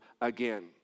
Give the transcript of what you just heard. again